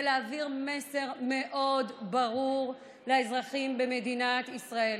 להעביר מסר מאוד ברור לאזרחים במדינת ישראל.